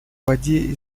воде